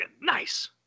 nice